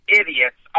idiots